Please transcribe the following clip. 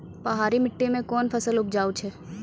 पहाड़ी मिट्टी मैं कौन फसल उपजाऊ छ?